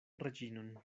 reĝinon